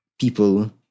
people